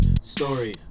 story